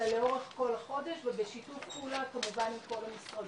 אלא לאורך כל החודש ובשיתוף פעולה כמובן עם כל המשרדים.